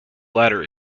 latter